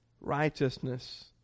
righteousness